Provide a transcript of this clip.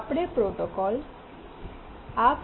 આપણે આ પ્રોટોકોલ અને પ્રોટોકોલના પરિણામો વિશે ચર્ચા કરી